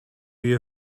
you